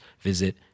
visit